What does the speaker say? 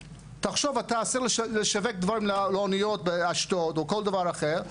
תחשוב שאתה רוצה לשווק דברים לאוניות באשדוד או כל דבר אחר,